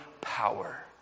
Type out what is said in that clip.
power